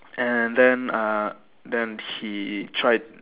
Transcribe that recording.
and then uh then he tried